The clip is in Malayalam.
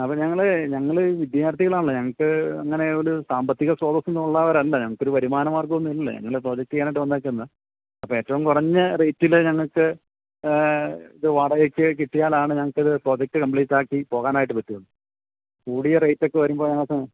അപ്പം ഞങ്ങളെ ഞങ്ങൾ ഈ വിദ്യാർഥികളാണല്ലോ ഞങ്ങൾക്ക് അങ്ങനെ ഒരു സാമ്പത്തിക സ്രോതസ്സൊന്നും ഉള്ളവരല്ല ഞങ്ങൾക്ക് ഒരു വരുമാന മാർഗ്ഗമൊന്നും ഇല്ല ഞങ്ങൾ പ്രൊജക്റ്റ് ചെയ്യാനായിട്ട് വന്നേക്കുന്നതാണ് അപ്പം ഏറ്റോം കുറഞ്ഞ റേറ്റിൽ ഞങ്ങൾക്ക് ഇത് വാടകക്ക് കിട്ടിയാലാണ് ഞങ്ങൾക്ക് ഇത് പ്രൊജക്റ്റ് കംപ്ലീറ്റാക്കി പോകാനായിട്ട് പറ്റുകയുള്ളു കൂടിയ റേറ്റൊക്കെ വരുമ്പോൾ ഞങ്ങൾക്ക്